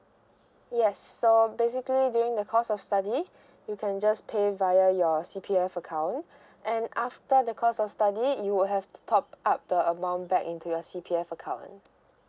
yes so basically during the course of study you can just pay via your C_P_F account and after the course of study you will have to top up the amount back into your C_P_F account